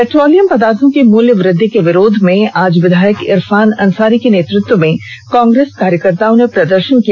petroleum पदार्थो की मूल्यवृद्धि के विरोध में आज विधायक इरफान अंसारी के नेतृत्व में कांग्रेस कार्यकर्ताओं ने प्रदर्शन किया